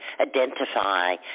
identify